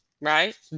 right